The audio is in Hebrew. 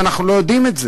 ואנחנו לא יודעים את זה.